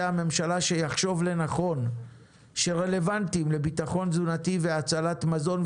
הממשלה שהוא יחשוב לנכון שהם רלוונטיים לביטחון תזונתי ולהצלת מזון,